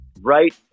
right